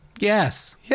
Yes